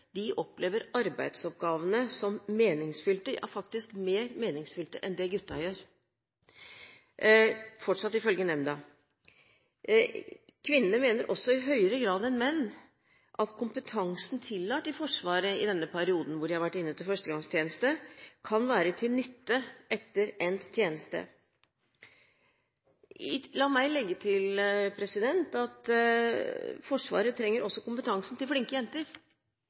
de jentene som gjennomfører førstegangstjeneste, opplever arbeidsoppgavene som meningsfylte, ja faktisk mer meningsfylte enn det gutta gjør – fortsatt ifølge nemnda. Kvinnene mener også i høyere grad enn menn at kompetansen tillært i Forsvaret i denne perioden da de har vært inne til førstegangstjeneste, kan være til nytte etter endt tjeneste. La meg legge til at Forsvaret trenger også kompetansen til flinke jenter,